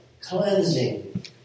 cleansing